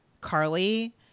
Carly